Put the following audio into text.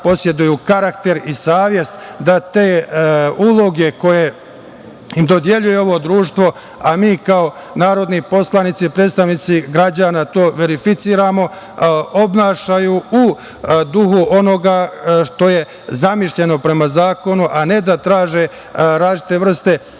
poseduju karakter i savest da te uloge koje im dodeljuje ovo društvo, a mi kao narodni poslanici, predstavnici građana to verificiramo, ponašaju u duhu onoga što je zamišljeno prema zakonu, a ne da traže različite vrste propusta